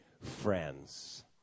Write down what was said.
friends